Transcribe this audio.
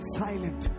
silent